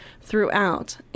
throughout